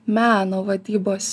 meno vadybos